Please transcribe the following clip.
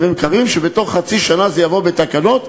מקווים שבתוך חצי שנה זה יבוא בתקנות,